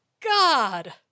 God